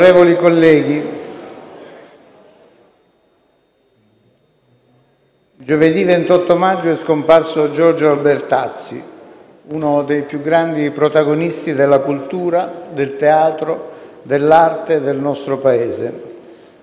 Onorevoli colleghi, giovedì 28 maggio è scomparso Giorgio Albertazzi, uno dei più grandi protagonisti della cultura, del teatro, dell'arte del nostro Paese.